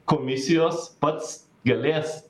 komisijos pats gebės